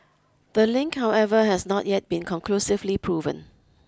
the link however has not yet been conclusively proven